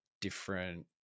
different